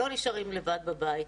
לא נשארים לבד בבית.